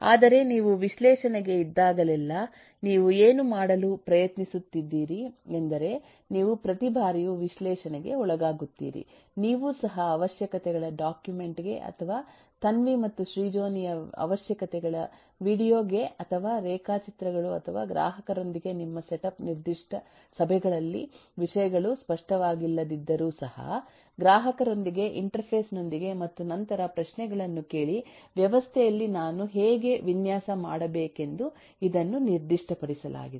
ಆದರೆ ನೀವು ವಿಶ್ಲೇಷಣೆಗೆ ಇದ್ದಾಗಲೆಲ್ಲಾ ನೀವು ಏನು ಮಾಡಲು ಪ್ರಯತ್ನಿಸುತ್ತಿದ್ದೀರಿ ಎಂದರೆ ನೀವು ಪ್ರತಿ ಬಾರಿಯೂ ವಿಶ್ಲೇಷಣೆಗೆ ಒಳಗಾಗುತ್ತೀರಿ ನೀವೂ ಸಹ ಅವಶ್ಯಕತೆಗಳ ಡಾಕ್ಯುಮೆಂಟ್ ಗೆ ಅಥವಾ ತನ್ವಿ ಮತ್ತು ಶ್ರೀಜೋನಿ ಯ ಅವಶ್ಯಕತೆಗಳ ವೀಡಿಯೊ ಗೆ ಅಥವಾ ರೇಖಾಚಿತ್ರಗಳು ಅಥವಾ ಗ್ರಾಹಕರೊಂದಿಗೆ ನಿಮ್ಮ ಸೆಟಪ್ ನಿರ್ದಿಷ್ಟ ಸಭೆಗಳಲ್ಲಿ ವಿಷಯಗಳು ಸ್ಪಷ್ಟವಾಗಿಲ್ಲದಿದ್ದರೂ ಸಹ ಗ್ರಾಹಕರೊಂದಿಗೆ ಇಂಟರ್ಫೇಸ್ ನೊಂದಿಗೆ ಮತ್ತು ನಂತರ ಪ್ರಶ್ನೆಗಳನ್ನು ಕೇಳಿ ವ್ಯವಸ್ಥೆಯಲ್ಲಿನಾನು ಹೇಗೆ ವಿನ್ಯಾಸ ಮಾಡಬೇಕೆಂದು ಇದನ್ನು ನಿರ್ದಿಷ್ಟಪಡಿಸಲಾಗಿದೆ